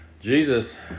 Jesus